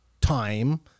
time